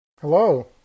Hello